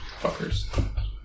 Fuckers